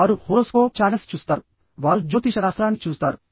వారు horoscope channels చూస్తారు వారు జ్యోతిషశాస్త్రాన్ని చూస్తారు